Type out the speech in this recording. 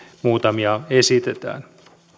muutamia esitetään